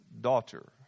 daughter